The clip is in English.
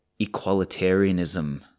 equalitarianism